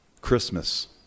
Christmas